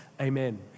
Amen